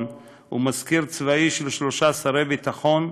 ומזכיר צבאי של שלושה שרי ביטחון,